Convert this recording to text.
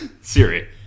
Siri